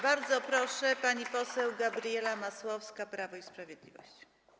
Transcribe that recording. Bardzo proszę, pani poseł Gabriela Masłowska, Prawo i Sprawiedliwość.